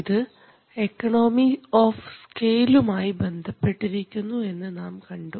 ഇത് economy of സ്കെയിലും ആയി ബന്ധപ്പെട്ടിരിക്കുന്നു എന്ന് നാം കണ്ടു